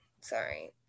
sorry